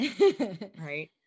right